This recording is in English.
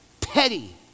petty